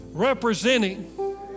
representing